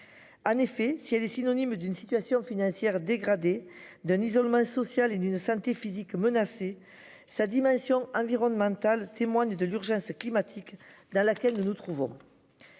En effet, si elle est synonyme d'une situation financière dégradée d'un isolement social et d'une santé physique menacé sa dimension environnementale témoignent de l'urgence climatique dans laquelle nous nous trouvons.